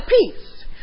peace